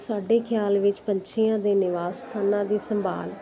ਸਾਡੇ ਖਿਆਲ ਵਿੱਚ ਪੰਛੀਆਂ ਦੇ ਨਿਵਾਸ ਸਥਾਨਾਂ ਦੀ ਸੰਭਾਲ